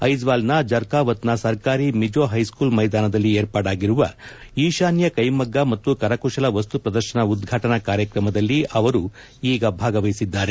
ಐಜ್ವಾಲ್ನ ಜರ್ಕಾವತ್ನ ಸರ್ಕಾರಿ Mizo high school ಮೈದಾನದಲ್ಲಿ ಏರ್ಪಾಡಾಗಿರುವ ಈಶಾನ್ಯ ಕೈಮಗ್ಗ ಮತ್ತು ಕರಕುಶಲ ಮಸ್ತು ಪ್ರದರ್ಶನ ಉದ್ವಾಟನಾ ಕಾರ್ಯಕ್ರಮದಲ್ಲಿ ಅವರು ಈಗ ಭಾಗವಹಿಸಿದ್ದಾರೆ